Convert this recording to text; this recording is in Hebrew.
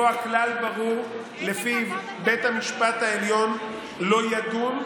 היא מבקשת לקבוע כלל ברור שלפיו בית המשפט העליון לא ידון,